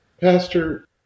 Pastor